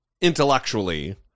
intellectually